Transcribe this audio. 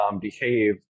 behave